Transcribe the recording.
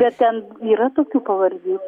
bet ten yra tokių pavardžių